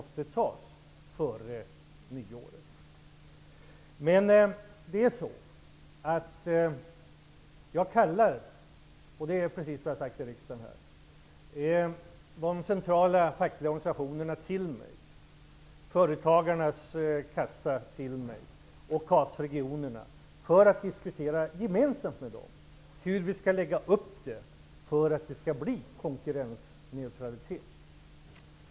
Som jag sagt i riksdagen kallar jag företrädare för de centrala fackliga organisationerna, för företagarnas a-kassa och KAS-regionerna för att gemensamt med dessa diskutera hur vi skall lägga upp det hela för att det skall bli konkurrensneutralitet.